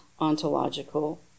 ontological